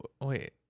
wait